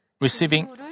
receiving